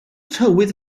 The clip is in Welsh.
tywydd